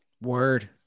Word